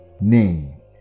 name